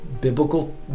biblical